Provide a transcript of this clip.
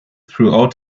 throughout